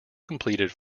completed